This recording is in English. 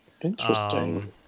Interesting